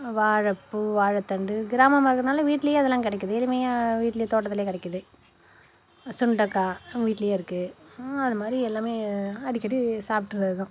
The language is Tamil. வாழைப்பூ வாழைத்தண்டு கிராமமாக இருக்கிறதுனால வீட்லேயே அதெல்லாம் கிடைக்கிது எளிமையாக வீட்லேயே தோட்டத்துலேயே கிடைக்கிது சுண்டக்காய் வீட்லேயே இருக்கு அது மாதிரி எல்லாம் அடிக்கடி சாப்பிட்றது தான்